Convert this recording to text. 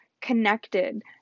connected